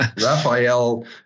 Raphael